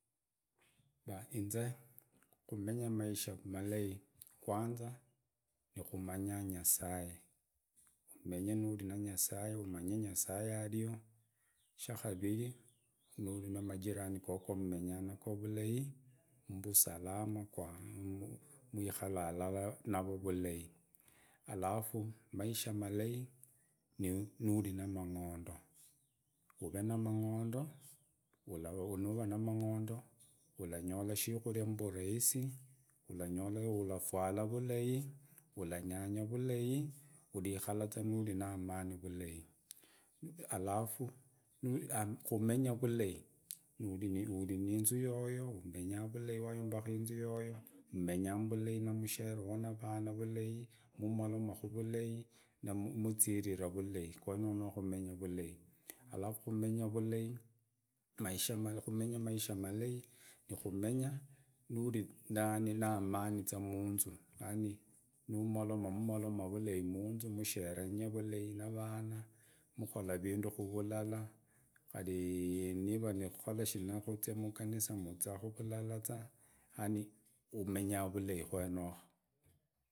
Inze kumenya maisha malai, kwanza ni kumanya nyasaye, umenye nuri na nyasaye, umanye nyasaye ario, shakapiri nuri na majirani gogo mmenyanago vulai, mbusalama, mwikala alalaa naro vulai, alufu maisha malai nuri na mangondo uvee namang’ondo, nuva na mangóndo mburahisi, ulufwala vulai, ulanyanga vulai, ulikaraza nuri na amani vulai alafu kumenya vulai nuri niinzu yoyo umenya vulai waumbaka inza yoyo mmenyamu vulai na mushereovo na vana vulai mumolaomaku vulai na muirira vulai kwenoko no kumenya vulai kumenya maisha malai nikumenya nuri na amani za munzu yani numumolomo vulai musherenya vulai na vana mukola vidu kuvalalu khari niva nikukora shina nimuia muganisa mokora vulala, yani umenya vulai kwenoko.